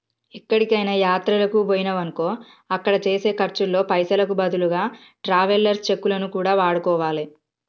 ఎక్కడికైనా యాత్రలకు బొయ్యినమనుకో అక్కడ చేసే ఖర్చుల్లో పైసలకు బదులుగా ట్రావెలర్స్ చెక్కులను కూడా వాడుకోవాలే